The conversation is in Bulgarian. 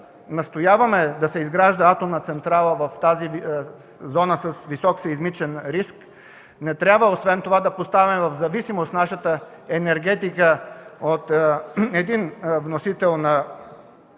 настояваме да се изгражда атомна електроцентрала в тази зона с висок сеизмичен риск. Не трябва освен това да поставяме в зависимост нашата енергетика от един вносител на ядрено